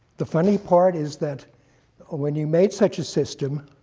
the funny part is that when you made such a system,